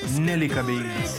nelik abejingas